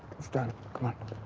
it's done. come on.